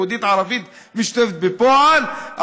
יהודית-ערבית משותפת בפועל,